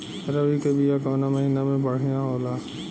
रबी के बिया कवना महीना मे बढ़ियां होला?